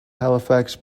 halifax